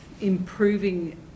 improving